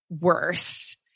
worse